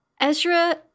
Ezra